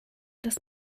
das